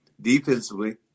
defensively